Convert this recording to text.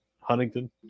Huntington